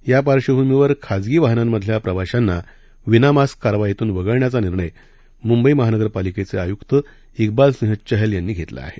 यापार्श्वभूमीवरखासगीवाहनांमधल्याप्रवाशांनाविनामास्ककारवाईतूनवगळण्याचानिर्णयमुंबईमहानगरपालिकेचेआयुक्त िबा लसिंहचहलयानीघेतलाआहे